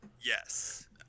Yes